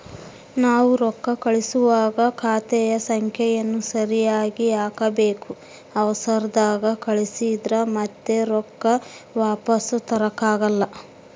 ನಾವು ರೊಕ್ಕ ಕಳುಸುವಾಗ ಖಾತೆಯ ಸಂಖ್ಯೆಯನ್ನ ಸರಿಗಿ ಹಾಕಬೇಕು, ಅವರ್ಸದಾಗ ಕಳಿಸಿದ್ರ ಮತ್ತೆ ರೊಕ್ಕ ವಾಪಸ್ಸು ತರಕಾಗಲ್ಲ